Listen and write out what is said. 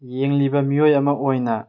ꯌꯦꯡꯂꯤꯕ ꯃꯤꯑꯣꯏ ꯑꯃ ꯑꯣꯏꯅ